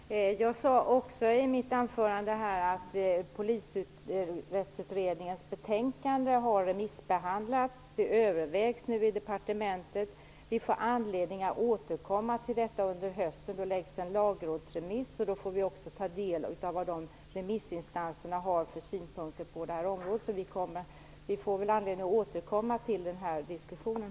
Fru talman! Jag sade också i mitt anförande att Polisrättsutredningens betänkande har remissbehandlats. Det övervägs nu i departementet. Vi får anledning att återkomma till detta under hösten. Då läggs en lagrådsremiss fram, och då får vi ta del av remissinstansernas synpunkter på detta område. Vi får anledning att återkomma till denna diskussion.